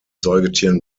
säugetieren